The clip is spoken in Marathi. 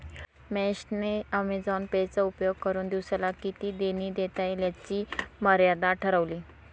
महेश ने ॲमेझॉन पे चा उपयोग करुन दिवसाला किती देणी देता येईल याची मर्यादा ठरवली